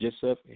Joseph